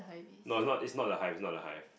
no is not is not the hive is not the hive